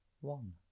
one